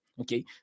Okay